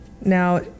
Now